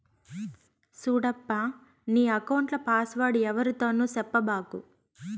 సూడప్పా, నీ ఎక్కౌంట్ల పాస్వర్డ్ ఎవ్వరితోనూ సెప్పబాకు